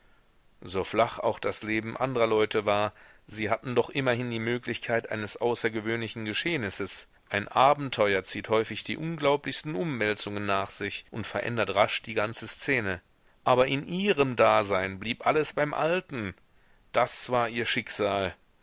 so flach auch das leben andrer leute war sie hatten doch immerhin die möglichkeit eines außergewöhnlichen geschehnisses ein abenteuer zieht häufig die unglaublichsten umwälzungen nach sich und verändert rasch die ganze szene aber in ihrem dasein blieb alles beim alten das war ihr schicksal